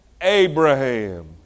Abraham